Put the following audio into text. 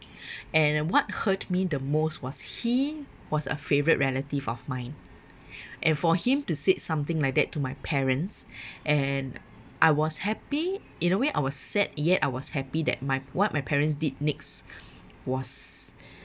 and what hurt me the most was he was a favourite relative of mine and for him to said something like that to my parents and I was happy in a way I was sad yet I was happy that my what my parents did next was